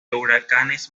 huracanes